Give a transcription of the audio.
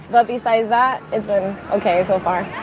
but besides that, it's been ok so far.